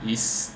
is